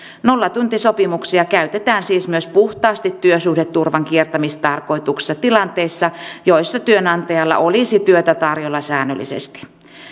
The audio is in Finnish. nollatuntisopimuksia käytetään siis myös puhtaasti työsuhdeturvan kiertämistarkoituksessa tilanteissa joissa työnantajalla olisi työtä tarjolla säännöllisesti